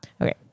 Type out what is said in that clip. okay